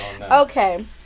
Okay